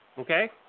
Okay